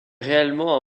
réellement